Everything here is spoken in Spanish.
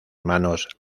manos